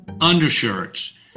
undershirts